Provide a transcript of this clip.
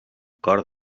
cor